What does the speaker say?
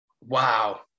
Wow